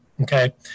okay